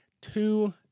two